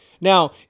now